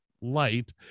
light